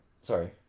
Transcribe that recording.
Sorry